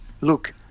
look